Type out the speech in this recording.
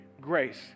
grace